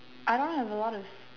I don't have a lot of